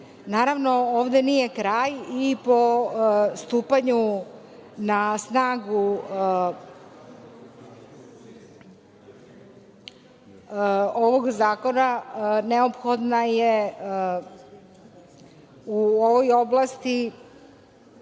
Naravno ovde nije kraj o stupanju na snagu ovog zakona neophodna je u ovoj oblasti